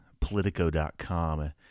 Politico.com